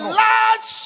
large